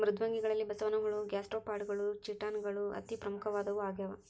ಮೃದ್ವಂಗಿಗಳಲ್ಲಿ ಬಸವನಹುಳ ಗ್ಯಾಸ್ಟ್ರೋಪಾಡಗಳು ಚಿಟಾನ್ ಗಳು ಅತಿ ಪ್ರಮುಖವಾದವು ಆಗ್ಯಾವ